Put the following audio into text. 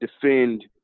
defend